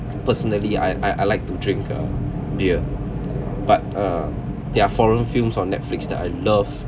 personally I I I like to drink uh beer but uh there are foreign films on Netflix that I love